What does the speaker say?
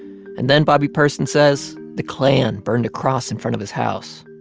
and then, bobby person says, the klan burned a cross in front of his house,